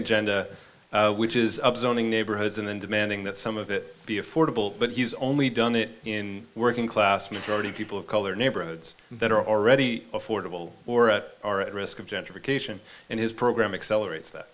agenda which is absorbing neighborhoods in and demanding that some of it be affordable but he's only done it in working class majority people of color neighborhoods that are already affordable or are at risk of gentrification and his program accelerates that